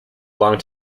long